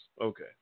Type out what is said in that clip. Okay